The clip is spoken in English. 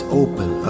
open